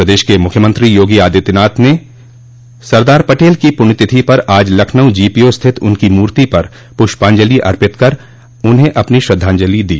प्रदेश के मुख्यमंत्री योगी आदित्यनाथ ने सरदार पटेल की पुण्यतिथि पर आज लखनऊ जीपीओ स्थिति उनकी मूर्ति पर पुष्पांजलि अर्पित कर उन्हें अपनी श्रद्धांजलि दी